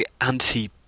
anti